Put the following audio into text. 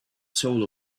soul